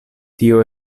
tio